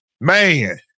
Man